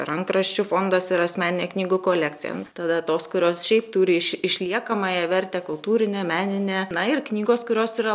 rankraščių fondas ir asmeninė knygų kolekcija nu tada tos kurios šiaip turi iš išliekamąją vertę kultūrinę meninę na ir knygos kurios yra